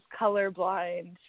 colorblind